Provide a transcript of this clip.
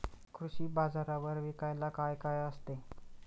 कृषी बाजारावर विकायला काय काय असते?